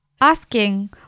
asking